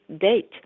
date